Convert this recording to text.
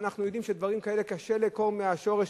אנחנו יודעים שדברים כאלה קשה לעקור מהשורש,